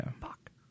Fuck